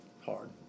hard